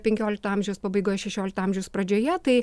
penkiolikto amžiaus pabaigoj šešiolikto amžiaus pradžioje tai